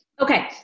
Okay